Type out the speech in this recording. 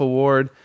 Award